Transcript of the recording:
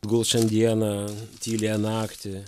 gul šiandieną tyliąją naktį